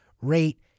rate